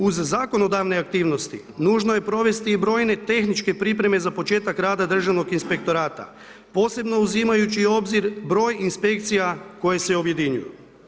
Uz zakonodavne aktivnosti nužno je provesti i brojne tehničke pripreme za početak rada Državnog inspektorata posebno uzimajući u obzir broj inspekcija koje se objedinjuju.